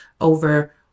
over